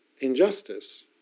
injustice